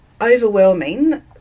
overwhelming